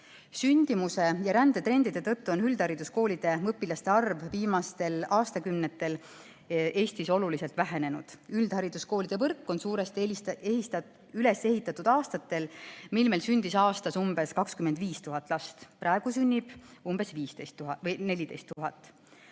Sündimuse ja rände trendide tõttu on üldhariduskoolide õpilaste arv viimastel aastakümnetel Eestis oluliselt vähenenud. Üldhariduskoolide võrk on suuresti üles ehitatud aastatel, mil meil sündis aastas umbes 25 000 last, praegu sünnib umbes 15 000